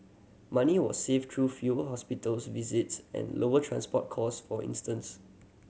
money was saved through few hospitals visits and lower transport costs for instance